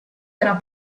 era